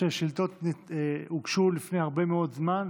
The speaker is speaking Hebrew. השאילתות הוגשו לפני הרבה מאוד זמן,